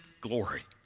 glory